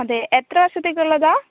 അതെ എത്ര വർഷത്തേക്കുള്ളതാണ്